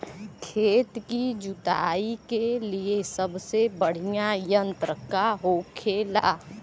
खेत की जुताई के लिए सबसे बढ़ियां यंत्र का होखेला?